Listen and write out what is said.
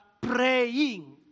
praying